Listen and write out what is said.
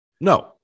No